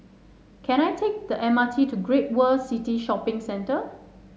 can I take the M R T to Great World City Shopping Centre